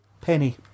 Penny